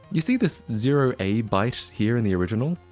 you see this zero a byte here in the original?